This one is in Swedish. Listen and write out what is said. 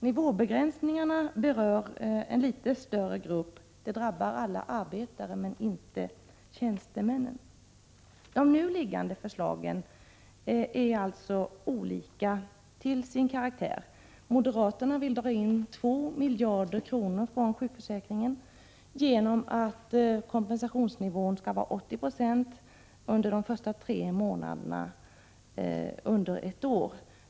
Nivåbegränsningarna berör en litet större grupp. De drabbar alla arbetare, men inte tjänstemännen. De nu förevarande förslagen är alltså olika till sin karaktär. Moderaterna vill dra in 2 miljarder kronor från sjukförsäkringen genom sänkning av kompensationsnivån till 80 96 för de första tre månaderna av ett år.